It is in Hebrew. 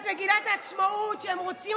לא ראית את הציוץ שלי?